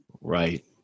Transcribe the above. Right